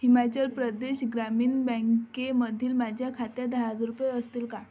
हिमाचल प्रदेश ग्रामीण बँकेमधील माझ्या खात्यात दहा हजार रुपये असतील का